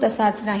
तो तसाच नाही